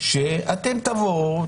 שאתם תבואו,